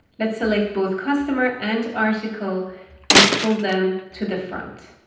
lets select both customer and article and pull them to the front